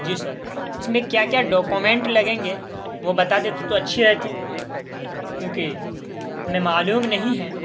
جی sir اس میں کیا کیا ڈاکومنٹ لگیں گے وہ بتا دیتے تو اچھی رہتی کیونکہ ہمیں معلوم نہیں ہیں